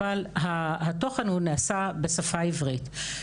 אבל התוכן הוא נעשה בשפה העברית.